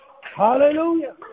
Hallelujah